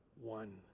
one